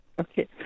Okay